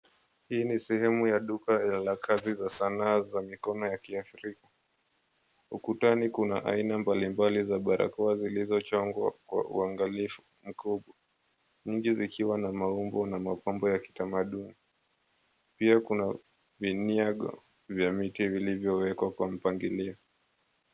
Hii ni sehemu ya duka ya lakazi za sanaa za mikono ya kiafrika, ukutani kuna aina mbalimbali za barakoa zilizochongwa kwa uangalifu mkuu nyingi zikiwa na maumbo na mapamdo ya kitamaduni. Pia kuna vinyago vya miti vilivyowekwa kwa mpangilio.